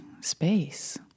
space